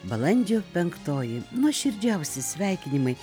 balandžio penktoji nuoširdžiausi sveikinimai